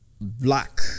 black